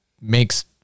makes